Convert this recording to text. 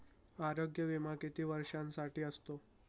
आरोग्य विमा किती वर्षांसाठी असतो?